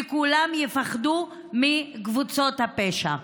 וכולם יפחדו מקבוצות הפשע.